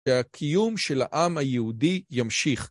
שהקיום של העם היהודי ימשיך.